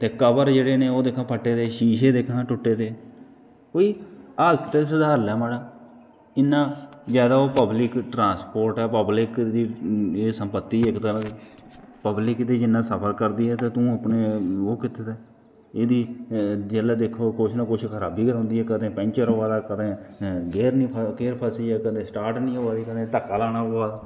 ते कवर जेह्ड़े न ओह् दिक्खां फटे दे शीशे दिक्खां टूटे दे ते कोई हालत ते सुधार लै मड़ा इ'न्ना जादा ओह् पब्लिक ट्र्रांसपोर्ट ऐ पब्लिक दी संपत्ति ऐ पब्लिक दी जि'न्ना सफर करदी ऐ ते तूं अपने ओह् कीते दे जेल्लै दिक्खो कुछ ना कुछ खराबी गै रौहंदी ऐ कदें पंचर होआ दा कदें गियर निं गियर फसिया कदें स्टार्ट निं होआ दी कदें धक्का लाना प'वा दा